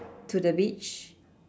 to the beach